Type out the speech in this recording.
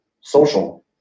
social